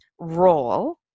role